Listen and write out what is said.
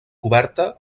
coberta